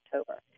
October